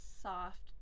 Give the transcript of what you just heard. soft